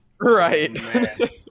Right